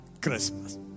Christmas